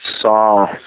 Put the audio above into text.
saw